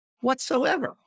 whatsoever